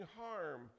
harm